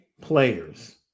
players